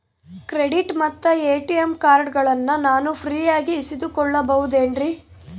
Credit ಮತ್ತ ATM ಕಾರ್ಡಗಳನ್ನ ನಾನು ಫ್ರೇಯಾಗಿ ಇಸಿದುಕೊಳ್ಳಬಹುದೇನ್ರಿ?